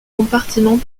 compartiment